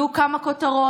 יהיו כמה כותרות,